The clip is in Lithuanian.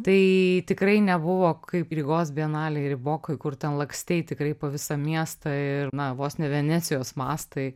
tai tikrai nebuvo kaip rygos bienalė riboko kur ten lakstei tikrai po visą miestą ir na vos ne venecijos mastai